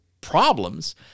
problems